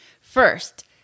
First